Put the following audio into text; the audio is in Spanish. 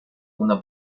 una